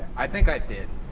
i think i did.